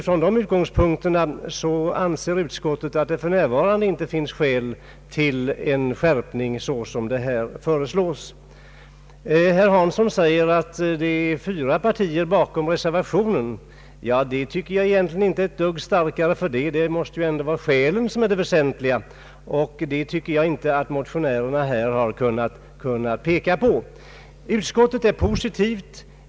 Från dessa utgångspunkter anser utskottet att det för närvarande inte finns skäl för en sådan skärpning som här föreslås. Herr Hansson säger att fyra partier står bakom reservationen. Jag tycker inte att reservationen är ett dugg starkare för det. Det måste ändå vara skälen som är det väsentliga, och jag anser inte att motionärerna har kunnat anföra bärande skäl. Utskottet är positivt.